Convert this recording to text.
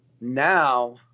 Now